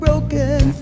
Broken